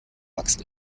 axt